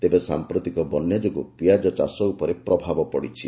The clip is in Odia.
ତେବେ ସାଂପ୍ରତିକ ବନ୍ୟା ଯୋଗୁଁ ପିଆଜ ଚାଷ ଉପରେ ପ୍ରଭାବ ପଡ଼ିଛି